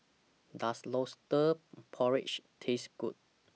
Does Lobster Porridge Taste Good